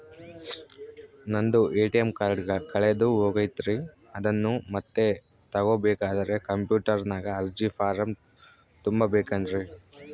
ನಂದು ATM card ಕಳೆದು ಹೋಗೈತ್ರಿ ಅದನ್ನು ಮತ್ತೆ ತಗೋಬೇಕಾದರೆ ಕಂಪ್ಯೂಟರ್ ನಾಗ ಅರ್ಜಿ ಫಾರಂ ತುಂಬಬೇಕನ್ರಿ?